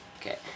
Okay